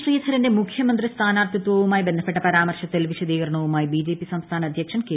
ശ്രീധരന്റെ മുഖ്യമത്ത്രി സ്ഥാനാർത്ഥിത്വവുമായി ബന്ധപ്പെട്ട പരാമർശത്തിൽ വിശദീക്രണവുമായി ബിജെപി സംസ്ഥാന അദ്ധ്യക്ഷൻ കെ